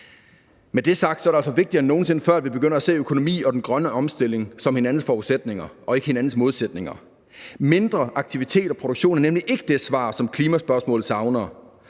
Med det sagt er det altså vigtigere end nogen sinde før, at vi begynder at se økonomi og den grønne omstilling som hinandens forudsætninger og ikke hinandens modsætninger. Mindre aktivitet og produktion er nemlig ikke det svar, som klimaspørgsmålet savner.